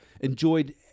enjoyed